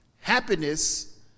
Happiness